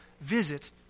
visit